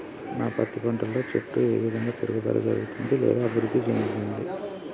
నా పత్తి పంట లో చెట్టు ఏ విధంగా పెరుగుదల జరుగుతుంది లేదా అభివృద్ధి చెందుతుంది?